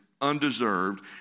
undeserved